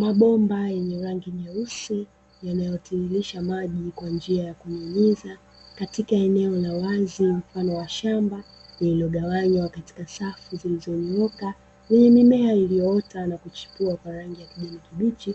Mabomba yenye rangi nyeusi, yanayotililisha maji kwa njia ya kunyunyiza, katika eneo la wazi mfano wa shamba, lililogawanywa katika safu zilizonyoka yenye mimea iliyoota na kuchipua kwa rangi ya kijani kibichi.